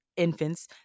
infants